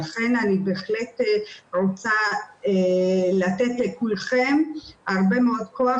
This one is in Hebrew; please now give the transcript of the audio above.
לכן אני בהחלט רוצה לתת לכולכם הרבה מאוד כוח